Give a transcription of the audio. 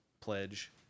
pledge